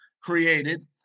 created